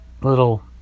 little